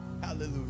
hallelujah